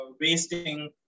wasting